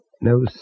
no